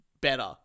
better